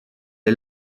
est